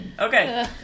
Okay